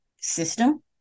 system